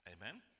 Amen